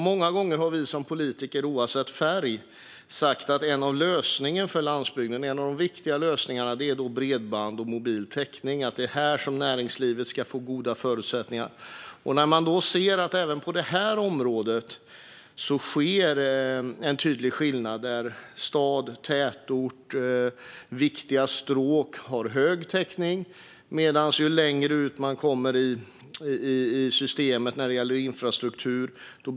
Många gånger har vi politiker, oavsett färg, sagt att några av de viktiga lösningarna för landsbygden är bredband och mobil täckning för att näringslivet ska få goda förutsättningar. Men man kan även på det området se en tydlig skillnad. Stad, tätort och viktiga stråk har hög täckning, medan täckningen blir sämre ju längre ut man kommer i systemet när det gäller infrastruktur.